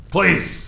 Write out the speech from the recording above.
Please